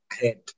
head